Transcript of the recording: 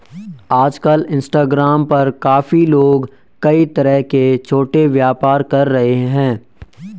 आजकल इंस्टाग्राम पर काफी लोग कई तरह के छोटे व्यापार कर रहे हैं